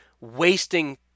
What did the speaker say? wasting